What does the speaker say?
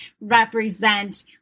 represent